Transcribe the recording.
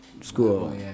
school